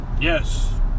Yes